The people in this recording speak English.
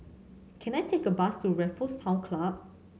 can I take a bus to Raffles Town Club